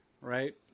Right